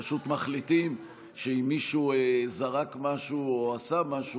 פשוט מחליטים שאם מישהו זרק משהו או עשה משהו,